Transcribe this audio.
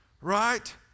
Right